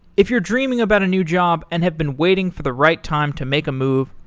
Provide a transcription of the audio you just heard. if you're dreaming about a new job and have been waiting for the right time to make a move,